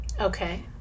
Okay